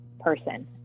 person